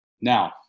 Now